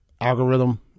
algorithm